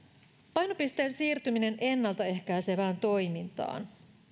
painopisteen siirtyminen ennalta ehkäisevään toimintaan